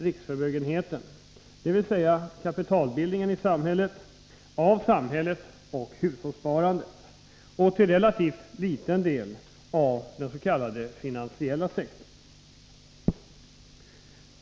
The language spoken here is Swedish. riksförmögenheten, dvs. kapitalbildningen i samhället, av samhället och hushållssparandet och till relativt liten del av dens.k. finansiella sektorn.